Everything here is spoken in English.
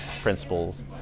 principles